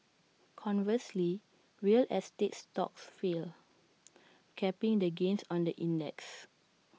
conversely real estate stocks fell capping the gains on the index